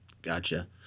Gotcha